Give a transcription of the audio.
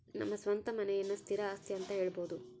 ನಮ್ಮ ಸ್ವಂತ ಮನೆಯನ್ನ ಸ್ಥಿರ ಆಸ್ತಿ ಅಂತ ಹೇಳಬೋದು